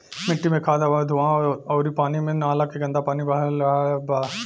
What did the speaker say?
मिट्टी मे खाद, हवा मे धुवां अउरी पानी मे नाला के गन्दा पानी बह रहल बा